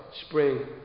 spring